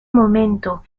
momento